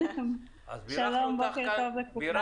שלום, בוקר טוב לכולם.